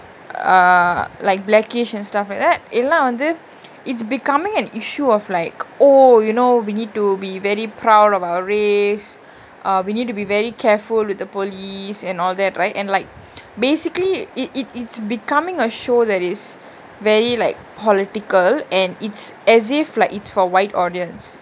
err like black-ish and stuff like that எல்லா வந்து:ellaa vanthu it's becoming an issue of like oh you know we need to be very proud of our race we need to be very careful with the police and all that right and like basically it it it's becoming a show that is very like political and it's as if like it's for white audience